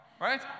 right